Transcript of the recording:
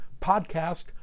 podcast